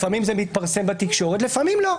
לפעמים זה מתפרסם בתקשורת ולפעמים לא.